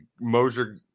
Mosier